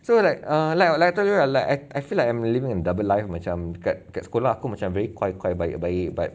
so like err like err like I tell you like I I feel like I'm living a double life macam kat kat sekolah aku macam very quiet quiet baik-baik but